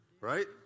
Right